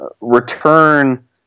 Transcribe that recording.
return